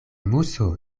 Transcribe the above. muso